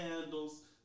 candles